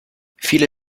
viele